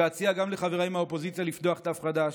אציע גם לחבריי מהאופוזיציה לפתוח דף חדש,